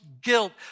guilt